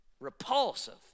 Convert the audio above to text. repulsive